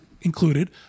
included